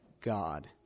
God